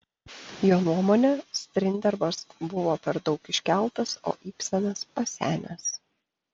jo nuomone strindbergas buvo per daug iškeltas o ibsenas pasenęs